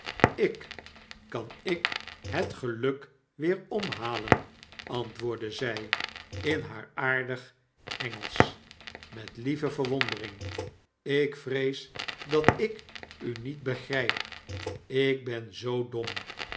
ik kan ik het geluk weeromhalen antwoordde zy in haar aardig engelsch met lieve verwondering lk vrees dat ik u niet begryp ik ben zoo dom